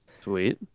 Sweet